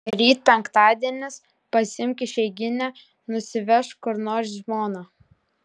ryt penktadienis pasiimk išeiginę nusivežk kur nors žmoną